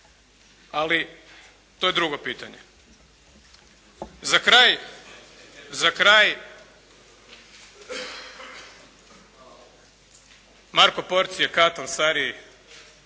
ali to je drugo pitanje. Za kraj, Marko Porcije Katon Stariji